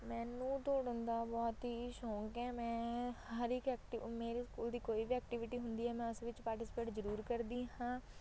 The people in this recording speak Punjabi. ਮੈਨੂੰ ਦੌੜਨ ਦਾ ਬਹੁਤ ਹੀ ਸ਼ੌਕ ਹੈ ਮੈਂ ਹਰ ਇੱਕ ਐਕਟੀਵ ਮੇਰੇ ਸਕੂਲ ਦੀ ਕੋਈ ਵੀ ਐਕਟੀਵਿਟੀ ਹੁੰਦੀ ਹੈ ਮੈਂ ਉਸ ਵਿੱਚ ਪਾਰਟੀਸਪੇਟ ਜ਼ਰੂਰ ਕਰਦੀ ਹਾਂ